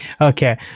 Okay